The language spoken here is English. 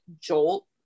jolt